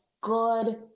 good